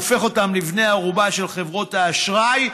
שהופך אותם לבני ערובה של חברות האשראי,